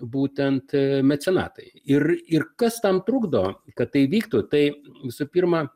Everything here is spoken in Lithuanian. būtent mecenatai ir ir kas tam trukdo kad tai vyktų tai visų pirma